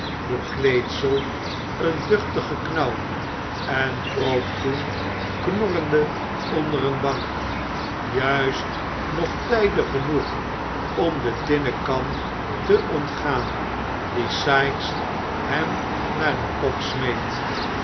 voetbekleedsel een duchtigen knauw en kroop toen knorrende onder een bank juist nog tijdig genoeg om de tinnen kan te ontgaan die sikes hem naar den kop smeet